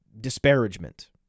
disparagement